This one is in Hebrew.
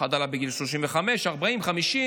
שעלו לישראל בשנות התשעים, עלו בגיל 35, 45, 50,